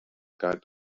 galt